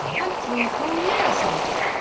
i'm three whole years older.